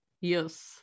Yes